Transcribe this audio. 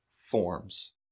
forms